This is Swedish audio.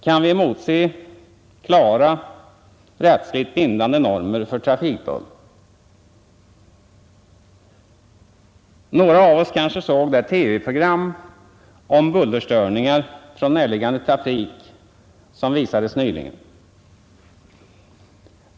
Kan vi emotse klara och rättsligt bindande normer för trafikbuller? Några av oss kanske såg det TV-program, om bullerstörningar från näraliggande trafik, som visades nyligen.